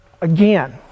Again